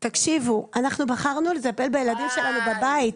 תקשיבו, אנחנו בחרנו לטפל בילדים שלנו בבית.